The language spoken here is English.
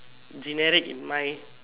generic in mind